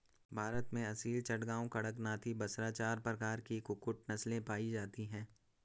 भारत में असील, चटगांव, कड़कनाथी, बसरा चार प्रकार की कुक्कुट नस्लें पाई जाती हैं